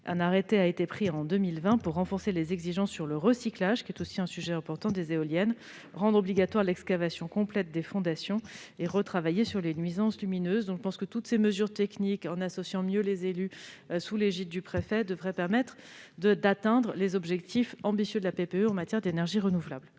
un arrêté de 2020 renforce les exigences sur le recyclage des éoliennes, qui est aussi un sujet important. Cet arrêté rend ainsi obligatoire l'excavation complète des fondations et impose de travailler sur les nuisances lumineuses. Toutes ces mesures techniques, en associant mieux les élus sous l'égide du préfet, devraient permettre d'atteindre les objectifs ambitieux de la PPE en matière d'énergies renouvelables.